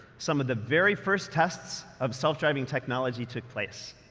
some of the very first tests of self-driving technology took place.